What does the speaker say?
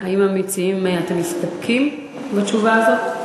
האם המציעים מסתפקים בתשובה הזאת?